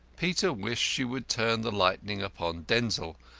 peter wished she would turn the lightning upon denzil,